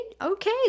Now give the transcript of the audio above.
Okay